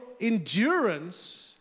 endurance